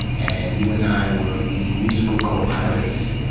and you and i were the musical co-pilots.